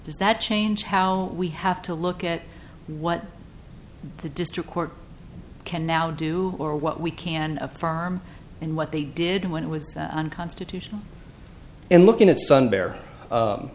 does that change how we have to look at what the district court can now do or what we can a farm and what they did when it was unconstitutional and looking at